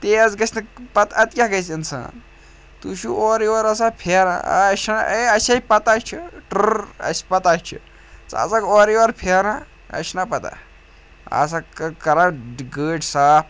تیز گَژھِ نہٕ پَتہٕ اَدٕ کیٛاہ گَژھِ اِنسان تُہۍ چھُو اورٕ یور آسان پھیران آ اَسہِ چھِنہ اے اَسے پَتہ چھِ ٹٕرر اَسہِ پَتہ چھِ ژٕ آسَکھ اورٕ یور پھیران اَسہِ چھِنہ پَتہ آسکھ کَران ڈِ گٲڑۍ صاف